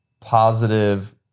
positive